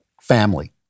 family